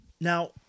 Now